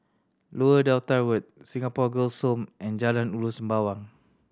Lower Delta Road Singapore Girls' Home and Jalan Ulu Sembawang